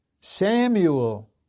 Samuel